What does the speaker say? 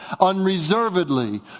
unreservedly